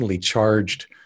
charged